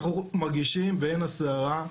אנחנו מרגישים בעין הסערה,